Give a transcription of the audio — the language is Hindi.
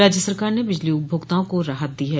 राज्य सरकार ने बिजली उपभोक्ताओं को राहत दी है